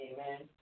Amen